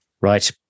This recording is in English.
Right